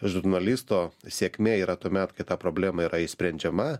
žurnalisto sėkmė yra tuomet kai ta problema yra išsprendžiama